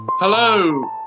Hello